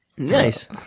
Nice